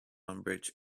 unabridged